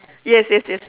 yes yes yes